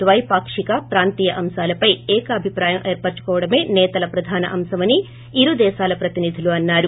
ద్వైపాక్షిక ప్రాంతీయ అంశాలపై ఏకాభిప్రాయం ఏర్చచుకోవడమే నేతల ప్రధాన అంశమని ఇరు దేశాల ప్రతినిధులు అన్నారు